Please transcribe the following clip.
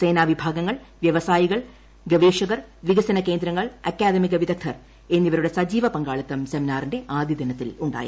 സേനാ വിഭാഗങ്ങൾ വ്യവസായികൾ ഗവേഷകർ വികസന കേന്ദ്രങ്ങൾ അക്കാദമിക വിദഗ്ദ്ധർ എന്നിവരുടെ സജീവ പങ്കാളിത്തം സെമിനാറിന്റെ ആദ്യ ദിനത്തിൽ ഉണ്ടായിരുന്നു